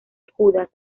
judas